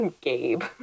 Gabe